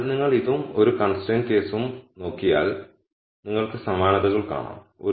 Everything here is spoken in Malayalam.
അതിനാൽ നിങ്ങൾ ഇതും ഒരു കൺസ്ട്രൈൻഡ് കേസും നോക്കിയാൽ നിങ്ങൾക്ക് സമാനതകൾ കാണാം